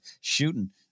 shooting